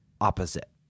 opposite